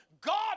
God